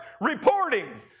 reporting